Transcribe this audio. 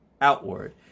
outward